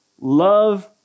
Love